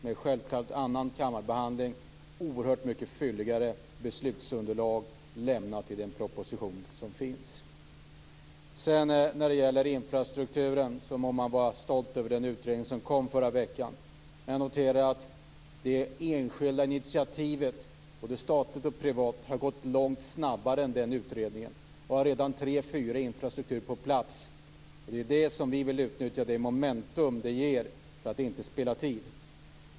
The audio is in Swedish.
Det har självfallet varit en annan kammarbehandling, med ett oerhört mycket fylligare beslutsunderlag lämnat i den proposition som finns. När det gäller infrastrukturen må man vara stolt över den utredning som kom i förra veckan. Jag noterar att det enskilda initiativet, både statligt och privat, har gått långt snabbare än den utredningen. Det är redan tre fyra infrastrukturer på plats. Det är det momentum som vi vill utnyttja för att inte spilla tid.